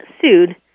sued